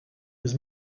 was